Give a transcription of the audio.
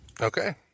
Okay